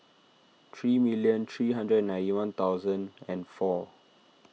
three million three hundred and ninety one thousand and four